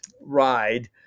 ride